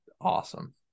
awesome